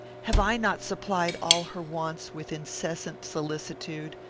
have i not supplied all her wants with incessant solicitude?